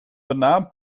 banaan